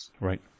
Right